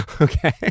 Okay